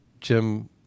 Jim